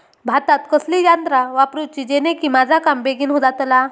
भातात कसली यांत्रा वापरुची जेनेकी माझा काम बेगीन जातला?